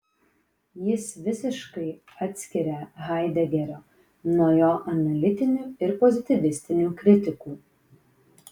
jis visiškai atskiria haidegerio nuo jo analitinių ir pozityvistinių kritikų